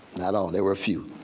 not all. there were a few